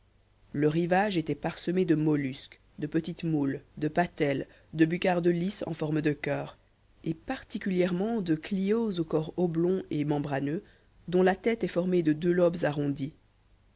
le rivage était parsemé de mollusques de petites moules de patelles de buccardes lisses en forme de coeurs et particulièrement de clios au corps oblong et membraneux dont la tête est formée de deux lobes arrondis